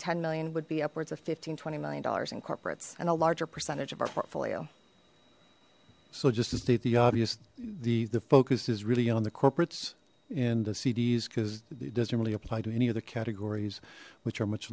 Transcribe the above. ten million would be upwards of fifteen twenty million dollars in corporates and a larger percentage of our portfolio so just to state the obvious the the focus is really on the corporates and cds because it doesn't really apply to any other categories which are much